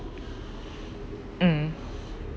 mm